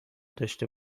داشته